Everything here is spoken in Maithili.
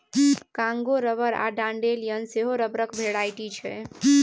कांगो रबर आ डांडेलियन सेहो रबरक भेराइटी छै